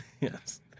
Yes